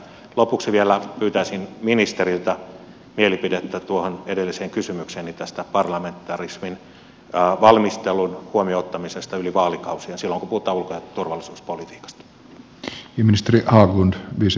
lopuksi vielä pyytäisin ministeriltä mielipidettä tuohon edelliseen kysymykseeni tästä parlamentaarisen valmistelun huomioonottamisesta yli vaalikausien silloin kun puhutaan ulko ja turvallisuuspolitiikasta